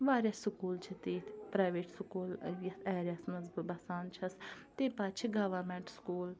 واریاہ سکوٗل چھِ تِتھۍ پرٛایویٹ سکوٗل یَتھ ایریا ہَس منٛز بہٕ بسان چھَس تمہِ پَتہٕ چھِ گورمیٚنٛٹ سکوٗل